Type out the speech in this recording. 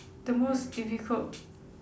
the most difficult